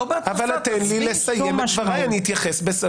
תן לי לסיים את דבריי ואני אתייחס.